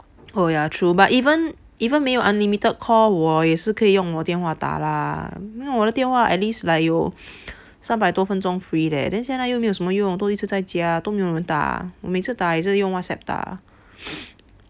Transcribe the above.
oh ya true but even even 没有 unlimited call 我也是可以用我电话打啦我的电话 at least like 有三百多分钟 free leh then 现在又没有什么用多一直在家都没有人打我每次打也是用 WhatsApp 打